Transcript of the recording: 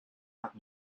out